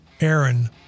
Aaron